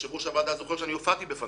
יושב ראש הוועדה זוכר שאני הופעתי בפניו,